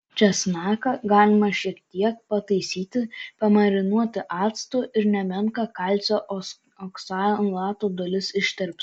česnaką galima šiek tiek pataisyti pamarinuoti actu ir nemenka kalcio oksalato dalis ištirps